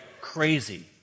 crazy